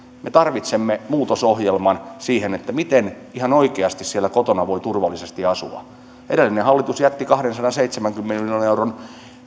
me tarvitsemme muutosohjelman siihen miten ihan oikeasti siellä kotona voi turvallisesti asua edellinen hallitus jätti kahdensadanseitsemänkymmenen miljoonan euron